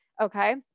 okay